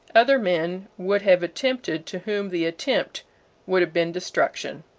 other men would have attempted to whom the attempt would have been destruction.